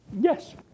Yes